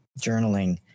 journaling